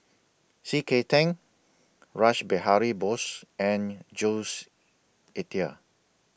C K Tang Rash Behari Bose and Jules Itier